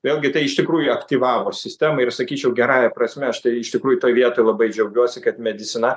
vėlgi tai iš tikrųjų aktyvavo sistemą ir sakyčiau gerąja prasme aš tai iš tikrųjų toj vietoj labai džiaugiuosi kad medicina